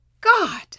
God